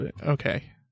Okay